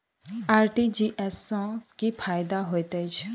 RTGS सँ की फायदा होइत अछि?